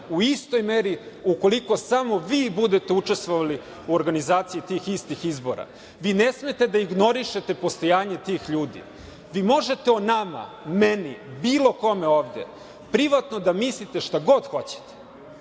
u istoj meri ukoliko samo vi budete učestvovali u organizaciji tih istih izbora. Vi ne smete da ignorišete postojanje tih ljudi. Možete o nama, meni, bilo kome ovde privatno da mislite šta god hoćete,